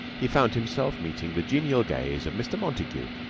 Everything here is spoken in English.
he found himself meeting the genial gaze of mr. montague,